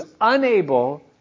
unable